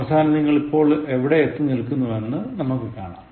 അവസാനം നിങ്ങൾ ഇപ്പോൾ എവിടെ എത്തി നിൽക്കുന്നു എന്ന് നമുക്കു കാണാം